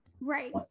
Right